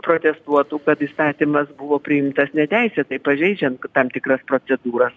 protestuotų kad įstatymas buvo priimtas neteisėtai pažeidžiant tam tikras procedūras